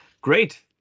Great